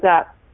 up